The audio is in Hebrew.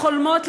לחולמות,